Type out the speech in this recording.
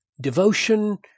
devotion